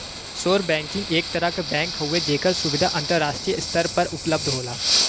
offshore banking एक तरह क बैंक हउवे जेकर सुविधा अंतराष्ट्रीय स्तर पर उपलब्ध होला